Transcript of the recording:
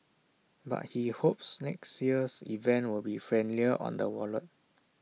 but he hopes next year's event will be friendlier on the wallet